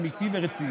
אמיתי ורציני.